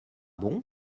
bon